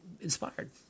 inspired